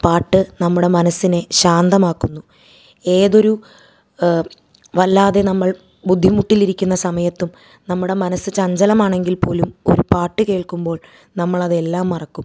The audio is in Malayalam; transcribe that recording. പാട്ട് നമ്മുടെ മനസ്സിനെ ശാന്തമാക്കുന്നു ഏതൊരു വല്ലാതെ നമ്മൾ ബുദ്ധിമുട്ടിലിരിക്കുന്ന സമയത്തും നമ്മുടെ മനസ്സ് ചഞ്ചലമാണെങ്കിൽ പോലും ഒരു പാട്ട് കേൾക്കുമ്പോൾ നമ്മൾ അതെല്ലാം മറക്കും